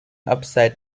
upside